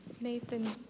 Nathan